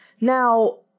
Now